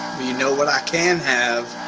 you know what i can have.